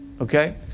okay